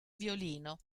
violino